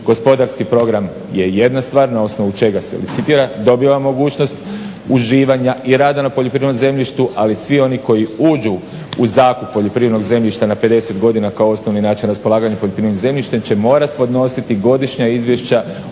Gospodarski program je jedna stvar na osnovu čega se licitira, dobiva mogućnost uživanja i rada na poljoprivrednom zemljištu ali svi oni koji uđu u zakup poljoprivrednog zemljišta na 50 godina kao osnovni način raspolaganja poljoprivrednim zemljištem će morati podnositi godišnja izvješća